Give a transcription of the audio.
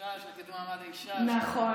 החדשה של הרשות לקידום מעמד האישה, נכון.